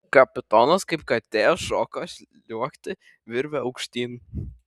kapitonas kaip katė šoko sliuogti virve aukštyn